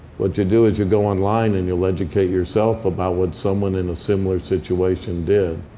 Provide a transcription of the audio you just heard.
what you do is you go online, and you'll educate yourself about what someone in a similar situation did.